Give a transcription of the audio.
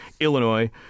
Illinois